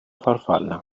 farfalla